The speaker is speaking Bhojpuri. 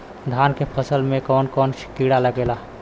धान के फसल मे कवन कवन कीड़ा लागेला?